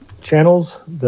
channels